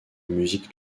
musique